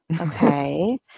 Okay